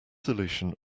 solution